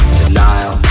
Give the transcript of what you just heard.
denial